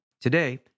Today